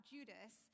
Judas